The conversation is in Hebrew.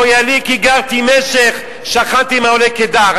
אויה לי כי גרתי משך שכנתי עם אהלי קדר".